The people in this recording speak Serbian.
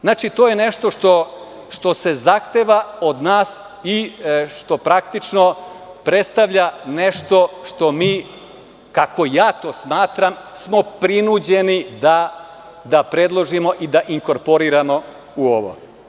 Znači, to je nešto što se zahteva od nas i što praktično predstavlja nešto što smo mi, kako ja to smatram, prinuđeni da predložimo i da ikorporiramo u ovo.